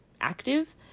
active